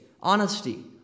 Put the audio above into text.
honesty